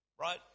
Right